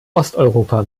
osteuropa